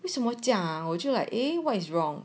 为什么讲我就 like eh what is wrong